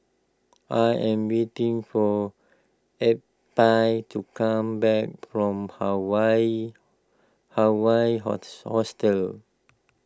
I am waiting for Eppie to come back from Hawaii Hawaii Host Hostel